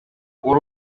uri